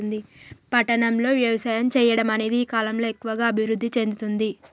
పట్టణం లో వ్యవసాయం చెయ్యడం అనేది ఈ కలం లో ఎక్కువుగా అభివృద్ధి చెందుతుంది